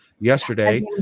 yesterday